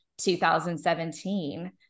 2017